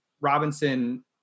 Robinson